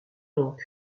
donc